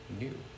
new